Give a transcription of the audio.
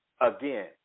again